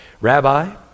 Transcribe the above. Rabbi